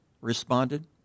responded